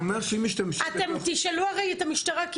אתם תשאלו את המשטרה.